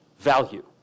value